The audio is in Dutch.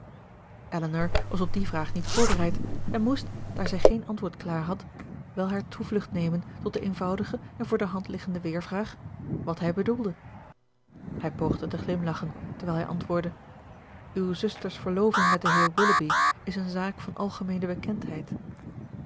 elinor was op die vraag niet voorbereid en moest daar zij geen antwoord klaar had wel hare toevlucht nemen tot de eenvoudige en voor de hand liggende weervraag wat hij bedoelde hij poogde te glimlachen terwijl hij antwoordde uw zuster's verloving met den heer willoughby is een zaak van algemeene bekendheid